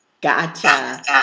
Gotcha